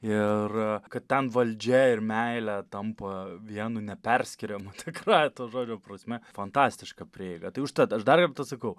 ir kad ten valdžia ir meilė tampa vienu neperskiriamu tikrąja to žodžio prasme fantastiška prieiga tai užtat aš dar kartą sakau